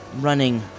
running